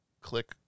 click